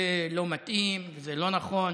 זה לא מתאים, זה לא נכון.